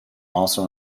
also